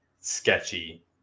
Sketchy